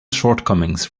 shortcomings